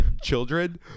Children